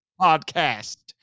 podcast